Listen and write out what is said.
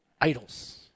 idols